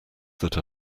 that